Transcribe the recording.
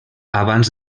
abans